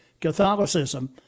Catholicism